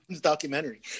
Documentary